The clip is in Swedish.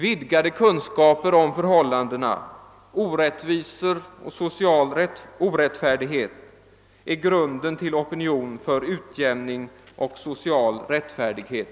Vidgade kunskaper om förhållandena — orättvisor och social orättfärdighet — är grunden till opinion för utjämning och social rättfärdighet.>